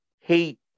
hate